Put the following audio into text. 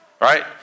right